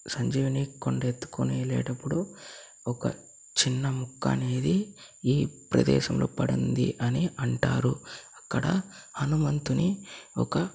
సంజీవని కొండ ఎత్తుకొని వెళ్ళేటప్పుడు ఒక చిన్న ముక్క అనేది ఈ ప్రదేశంలో పడింది అని అంటారు అక్కడ హనుమంతుని ఒక